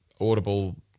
audible